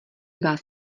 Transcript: vás